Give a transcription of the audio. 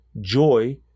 joy